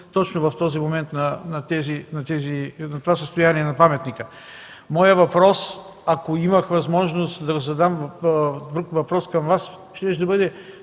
точно в този момент на това състояние на паметника? Моят въпрос – ако имах възможност да Ви задам друг въпрос, щеше да бъде: